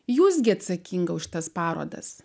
jūs gi atsakinga už tas parodas